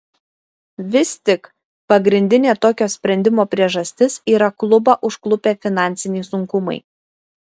vis tik pagrindinė tokio sprendimo priežastis yra klubą užklupę finansiniai sunkumai